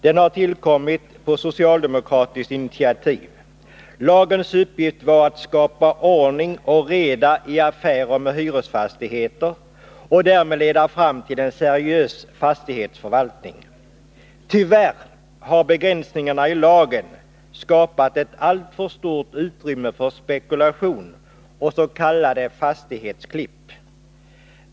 Den har tillkommit på socialdemokratiskt initiativ. Lagens uppgift var att skapa ordning och reda i affärerna med hyresfastigheter och därmed leda fram till en seriös fastighetsförvaltning. Tyvärr har begränsningarna i lagen skapat ett alltför stort utrymme för spekulation och s.k. fastighetsklipp.